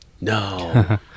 No